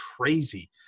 crazy